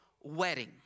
wedding